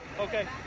okay